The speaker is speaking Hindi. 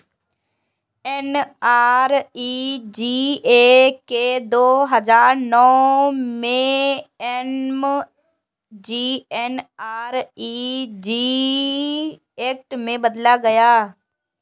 एन.आर.ई.जी.ए को दो हजार नौ में एम.जी.एन.आर.इ.जी एक्ट में बदला गया